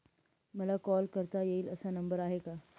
मला कॉल करता येईल असा नंबर आहे का?